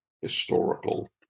historical